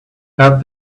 add